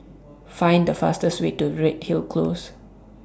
Find The fastest Way to Redhill Close